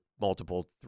multiple